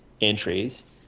entries